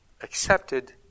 accepted